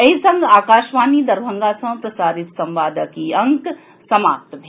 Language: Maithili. एहि संग आकाशवाणी दरभंगा सँ प्रसारित संवादक ई अंक समाप्त भेल